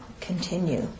continue